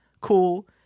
cool